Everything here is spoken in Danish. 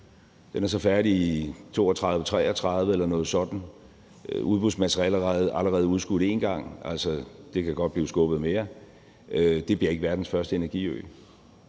Den er så færdig i 2032-2033 eller sådan noget. Udbudsmaterialet er allerede udskudt en gang, og det kan godt blive skubbet mere. Det bliver ikke verdens første energiø.